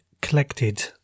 collected